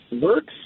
works